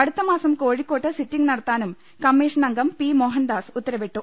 അടുത്തമാസം കോഴിക്കോട്ട് സിറ്റിംഗ് നടത്താനും കമ്മീഷൻ അംഗം പി മോഹൻദാസ് ഉത്തരവിട്ടു